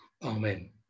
Amen